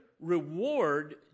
reward